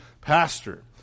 pastor